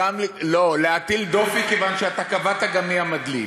לא, להטיל דופי, כיוון שאתה קבעת גם מי המדליף.